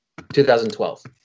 2012